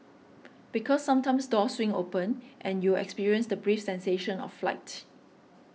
because sometimes doors swing open and you'll experience the brief sensation of flight